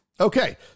Okay